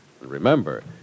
Remember